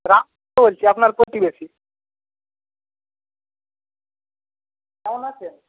রাম বলছি আপনার প্রতিবেশি কেমন আছেন